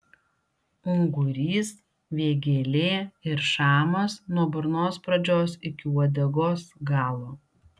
ungurys vėgėlė ir šamas nuo burnos pradžios iki uodegos galo